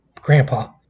grandpa